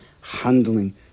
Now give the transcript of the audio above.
handling